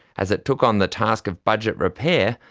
as it took on the task of budget repair,